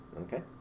Okay